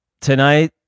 tonight